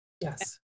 Yes